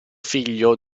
figlio